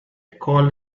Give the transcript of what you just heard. called